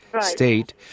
state